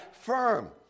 firm